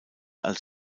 als